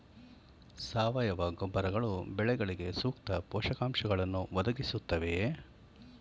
ಸಾವಯವ ಗೊಬ್ಬರಗಳು ಬೆಳೆಗಳಿಗೆ ಸೂಕ್ತ ಪೋಷಕಾಂಶಗಳನ್ನು ಒದಗಿಸುತ್ತವೆಯೇ?